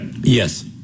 Yes